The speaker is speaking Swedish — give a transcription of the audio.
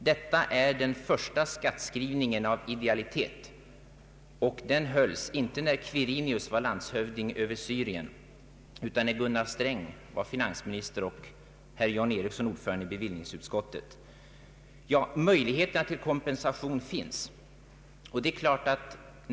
Detta är den första skattskrivningen på idealitet, och den hölls inte när Kvirinius var landshövding över Syrien utan när Gunnar Sträng var finansminister i Sverige och John Ericsson var ordförande i bevillningsutskottet. Möjlighet till kompensation finns, säger herr Wärnberg.